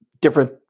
different